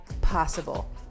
possible